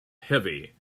heavy